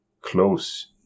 close